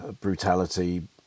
brutality